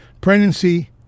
pregnancy